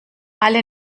alle